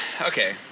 Okay